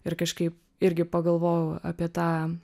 ir kažkaip irgi pagalvojau apie tą